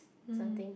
something